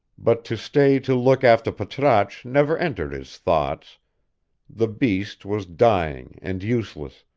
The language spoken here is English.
but to stay to look after patrasche never entered his thoughts the beast was dying and useless,